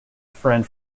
friend